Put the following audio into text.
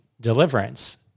Deliverance